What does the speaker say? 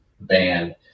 band